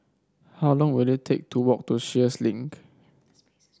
how long will it take to walk to Sheares Link